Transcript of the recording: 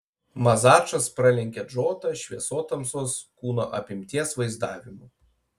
mazačas pralenkė džotą šviesotamsos kūno apimties vaizdavimu